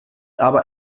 aber